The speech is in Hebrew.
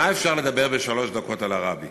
מה אפשר לומר בשלוש דקות על הרבי,